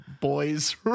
boys